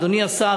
אדוני השר,